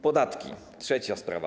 Podatki - trzecia sprawa.